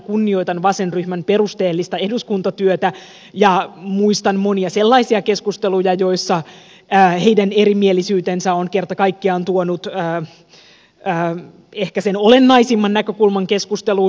kunnioitan vasenryhmän perusteellista eduskuntatyötä ja muistan monia sellaisia keskusteluja joissa heidän erimielisyytensä on kerta kaikkiaan tuonut ehkä sen olennaisimman näkökulman keskusteluun